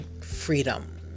Freedom